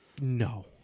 No